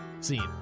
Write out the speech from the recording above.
scene